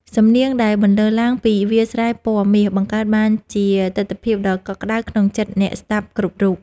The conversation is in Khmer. សំនៀងដែលបន្លឺឡើងពីវាលស្រែពណ៌មាស បង្កើតបានជាទិដ្ឋភាពដ៏កក់ក្ដៅក្នុងចិត្តអ្នកស្ដាប់គ្រប់រូប។